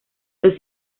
los